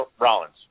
Rollins